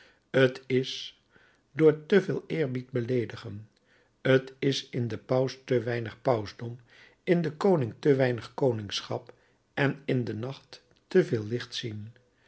t is door te veel eerbied beleedigen t is in den paus te weinig pausdom in den koning te weinig koningschap en in den nacht te veel licht zien